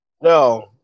No